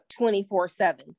24-7